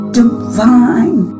divine